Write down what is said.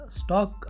stock